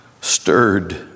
Stirred